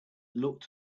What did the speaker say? looked